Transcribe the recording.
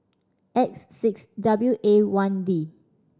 X six W A one D